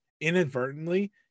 inadvertently